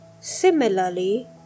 Similarly